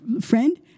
friend